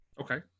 Okay